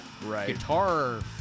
Guitar